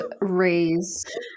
raised